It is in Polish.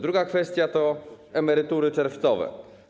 Druga kwestia to emerytury czerwcowe.